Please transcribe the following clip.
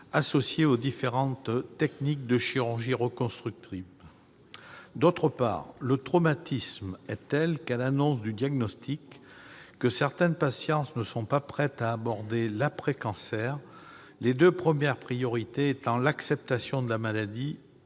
associés aux différentes techniques de chirurgie reconstructive. Par ailleurs, le traumatisme est tel à l'annonce du diagnostic que certaines patientes ne sont pas prêtes à aborder l'après-cancer, les deux premières priorités étant l'acceptation de la maladie